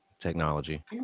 technology